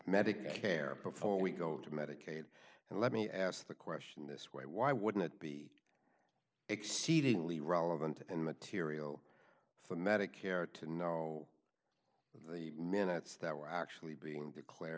medicare before we go to medicaid and let me ask the question this way why wouldn't it be exceedingly relevant and material for medicare to know the minutes that were actually being